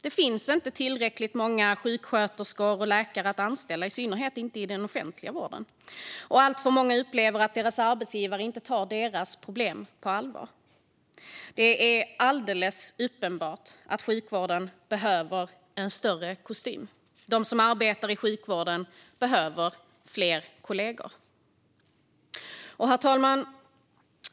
Det finns inte tillräckligt många sjuksköterskor och läkare att anställa, i synnerhet inte i den offentliga vården. Och alltför många upplever att deras arbetsgivare inte tar deras problem på allvar. Det är alldeles uppenbart att sjukvården behöver en större kostym. De som arbetar i sjukvården behöver fler kollegor. Herr talman!